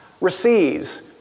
receives